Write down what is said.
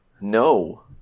No